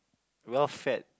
well fed